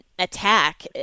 attack